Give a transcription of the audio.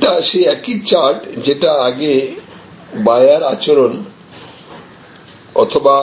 এটা সেই একই চার্ট যেটা আগে বায়ার আচরণ অথবা